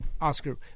Oscar